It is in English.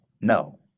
No